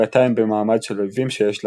ועתה הם במעמד של אויבים שיש להשמידם.